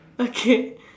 okay